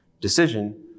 decision